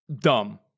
dumb